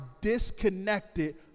disconnected